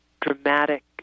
dramatic